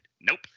Nope